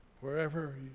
wherever